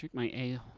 my a